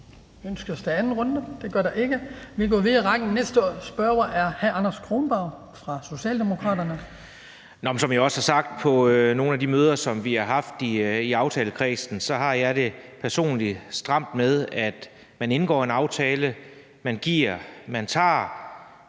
kort bemærkning? Det gør der ikke, så vi går videre i rækken. Den næste spørger er hr. Anders Kronborg fra Socialdemokratiet. Kl. 15:02 Anders Kronborg (S): Som jeg også har sagt på nogle af de møder, som vi har haft i aftalekredsen, har jeg det personligt stramt med, at man indgår en aftale og giver og tager,